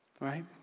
Right